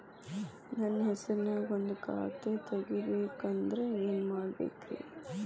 ನನ್ನ ಹೆಸರನ್ಯಾಗ ಒಂದು ಖಾತೆ ತೆಗಿಬೇಕ ಅಂದ್ರ ಏನ್ ಮಾಡಬೇಕ್ರಿ?